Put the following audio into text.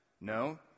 No